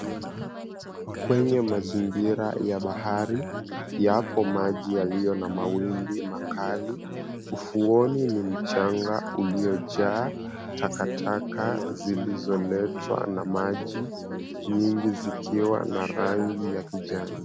Kwenye mazingira ya bahari yapo maji yaliyo na mawimbi makali. Ufuoni ni mchanga uliojaa takataka zilizoletwa na maji nyingi zikiwa na rangi ya kijani.